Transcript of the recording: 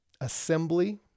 assembly